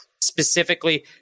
specifically